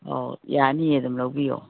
ꯑꯣ ꯌꯥꯅꯤꯌꯦ ꯑꯗꯨꯝ ꯂꯧꯕꯤꯎ